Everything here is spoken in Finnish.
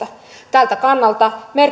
tältä kannalta